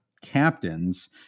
captains